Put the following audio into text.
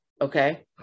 Okay